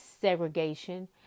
segregation